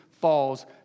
falls